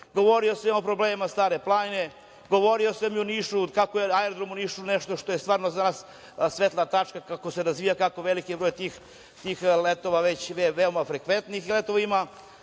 sam i o problemima Stare planine, govorio sam i o Nišu, kako je aerodrom u Nišu nešto što je stvarno za nas svetla tačka, kako se razvija, kako je veliki broj letova već veoma frekventan. Govorio